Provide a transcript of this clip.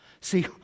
See